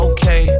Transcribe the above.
Okay